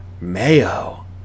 Mayo